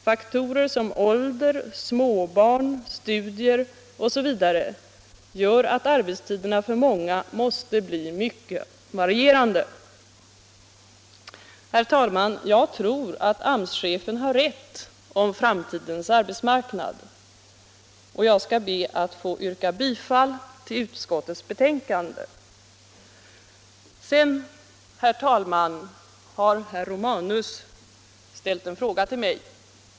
Faktorer som ålder, småbarn, studier osv. gör att arbetstiderna för många måste bli mycket varierande.” Herr talman! Jag tror att AMS-chefen har rätt om framtidens arbetsmarknad, och jag ber att få yrka bifall till utskottets hemställan. Herr Romanus har ställt en fråga till mig.